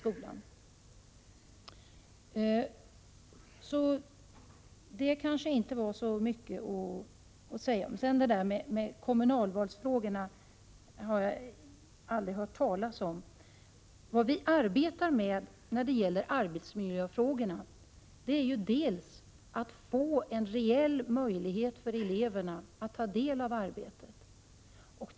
Det var kanske inte så mycket att säga om det. Detta med kommunalvalsfrågorna har jag aldrig hört talas om. När det gäller arbetsmiljöfrågorna arbetar vi med att få en reell möjlighet för eleverna att bli delaktiga.